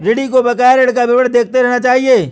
ऋणी को बकाया ऋण का विवरण देखते रहना चहिये